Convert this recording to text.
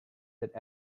that